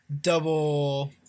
double